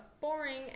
Boring